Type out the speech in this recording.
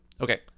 Okay